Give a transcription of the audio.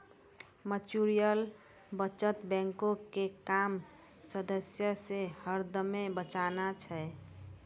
mutual बचत बैंको के काम सदस्य के हरदमे बचाना छै